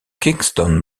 kingston